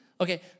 Okay